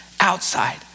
outside